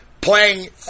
playing